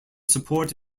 support